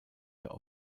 der